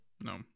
no